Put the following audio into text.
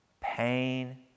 pain